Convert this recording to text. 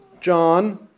John